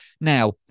Now